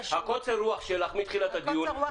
קוצר הרוח שלך מתחילת הדיון,